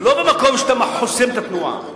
ולא במקום שאתה חוסם את התנועה,